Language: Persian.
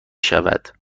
شود